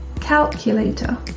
Calculator